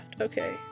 Okay